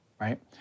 right